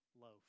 loaf